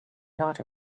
not